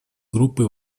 группы